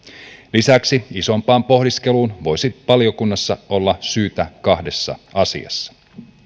lisäksi isompaan pohdiskeluun voisi valiokunnassa olla syytä kahdessa asiassa